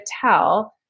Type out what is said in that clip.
tell